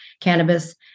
cannabis